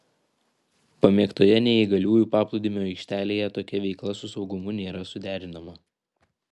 pamėgtoje neįgaliųjų paplūdimio aikštelėje tokia veikla su saugumu nėra suderinama